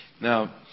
Now